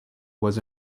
was